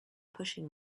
pushing